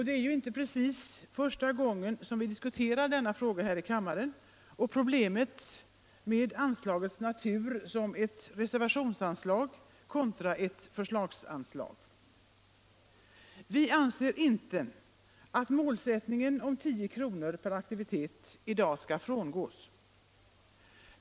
Det är ju inte precis första gången vi diskuterar denna fråga här i kammaren och problemet med anslagets natur som ett reservationsanslag kontra ett förslagsanslag. Vi anser inte att målsättningen om 10 kr. per aktivitet i dag skall frångås.